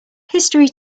history